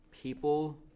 people